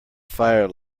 fire